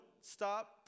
stop